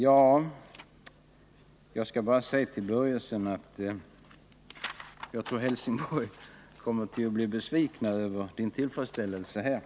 Till Erik Börjesson vill jag bara säga att man i Helsingborg kommer att bli besviken över hans tillfredsställelse här.